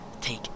Take